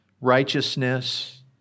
righteousness